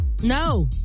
no